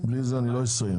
בלי זה אני לא אסיים.